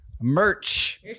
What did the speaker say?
merch